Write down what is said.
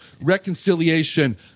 reconciliation